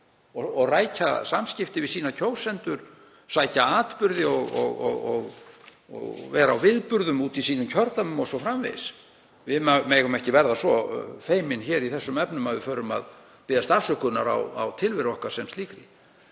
og rækja samskipti við kjósendur sína, sækja atburði og vera á viðburðum úti í sínum kjördæmum o.s.frv. Við megum ekki verða svo feimin í þeim efnum að við förum að biðjast afsökunar á tilveru okkar sem slíkri.